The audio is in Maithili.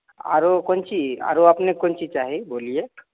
आरो कोन चीज आरो अपनेके कोन चीज चाही बोलियै